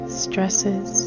stresses